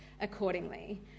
accordingly